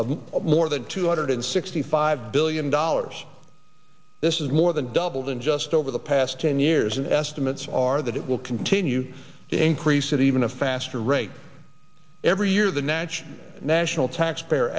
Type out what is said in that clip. of more than two hundred sixty five billion dollars this is more than doubled in just over the past ten years and estimates are that it will continue to increase at even a faster rate every year the nach national taxpayer